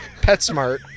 PetSmart